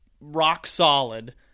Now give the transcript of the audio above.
rock-solid